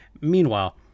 Meanwhile